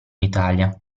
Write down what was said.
italia